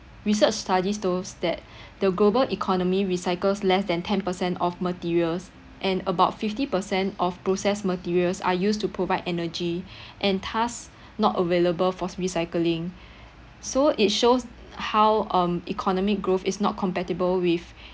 research studies those that the global economy recycles less than ten percent of materials and about fifty percent of process materials are used to provide energy and thus not available for recycling so it shows how um economic growth is not compatible with